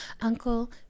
uncle